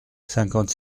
cinquante